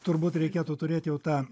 turbūt reikėtų turėt jau tą